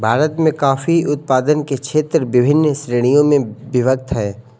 भारत में कॉफी उत्पादन के क्षेत्र विभिन्न श्रेणियों में विभक्त हैं